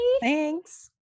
thanks